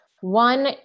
One